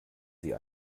sie